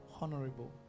Honorable